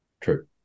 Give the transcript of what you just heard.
True